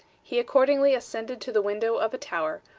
he accordingly ascended to the window of a tower,